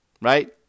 right